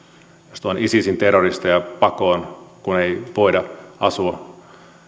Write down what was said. jos tullaan isisin terroristeja pakoon kun ei voida asua